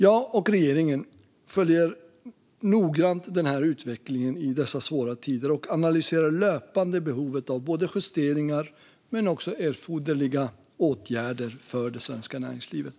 Jag och regeringen följer noggrant utvecklingen i dessa svåra tider och analyserar löpande behovet av både justeringar och erforderliga åtgärder för det svenska näringslivet.